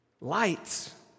Lights